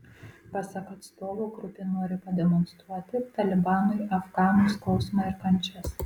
pasak atstovo grupė nori pademonstruoti talibanui afganų skausmą ir kančias